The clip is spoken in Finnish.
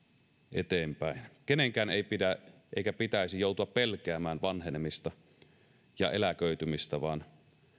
eteenpäin kenenkään ei pidä eikä pitäisi joutua pelkäämään vanhenemista ja eläköitymistä vaan